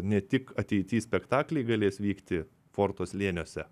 ne tik ateity spektakliai galės vykti forto slėniuose